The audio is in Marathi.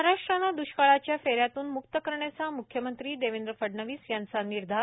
महाराष्ट्राला द्वष्काळाच्या फेथ्यातून मुक्त करण्याचा मुख्यमंत्री देवेंद्र फडणवीस यांचा निर्धार